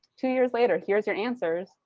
two years later, here's your answers.